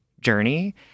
journey